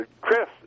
Chris